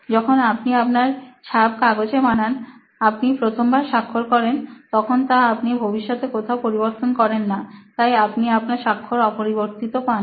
যখন আপনি আপনার ছাপ কাগজে বানান আপনি প্রথমবার স্বাক্ষর করেন তখন তা আপনি ভবিষ্যতে কোথাও পরিবর্তন করেন না তাই আপনি আপনার স্বাক্ষর অপরিবর্তিত পান